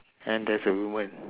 and there's a woman